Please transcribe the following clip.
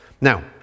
Now